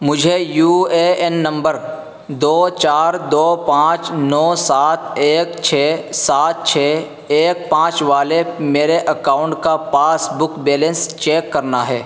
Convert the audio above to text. مجھے U A N number دو چار دو پانچ نو سات ایک سات چھ ایک پانچ والے میرے اکاؤنٹ کا پاس بک بیلنس چیک کرنا ہے